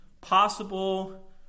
possible